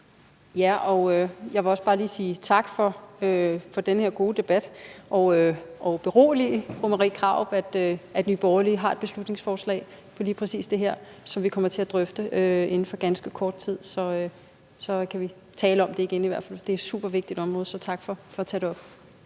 Jeg vil også bare lige sige tak for den her gode debat og berolige fru Marie Krarup med, at Nye Borgerlige har et beslutningsforslag om lige præcis det her, som vi kommer til at drøfte inden for ganske kort tid, og så kan vi i hvert fald tale om det igen. Det er et supervigtigt område. Så tak for at tage det op.